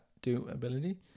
Doability